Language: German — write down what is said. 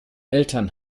eltern